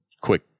quick